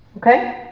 okay?